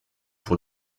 pour